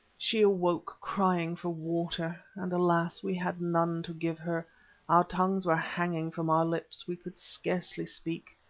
she awoke crying for water, and alas! we had none to give her our tongues were hanging from our lips, we could scarcely speak.